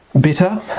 bitter